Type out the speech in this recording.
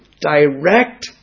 direct